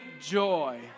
joy